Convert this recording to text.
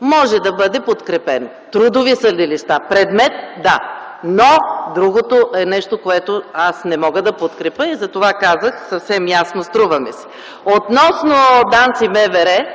Може да бъде подкрепено. Трудови съдилища – предмет, да. Но другото е нещо, което аз не мога да подкрепя и затова казах съвсем ясно, струва ми се. Относно ДАНС и МВР